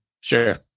Sure